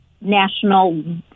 National